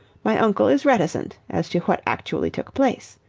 my uncle is reticent as to what actually took place.